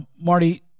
Marty